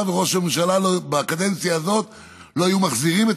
וראש הממשלה לא היו מחזירים בקדנציה הזאת את הקצבאות.